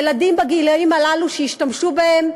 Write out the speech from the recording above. ילדים בגילים הללו שהשתמשו בהם,